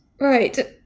right